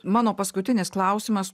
mano paskutinis klausimas